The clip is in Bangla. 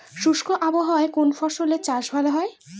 শুষ্ক আবহাওয়ায় কোন ফসলের চাষ ভালো হয়?